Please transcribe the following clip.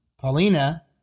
Paulina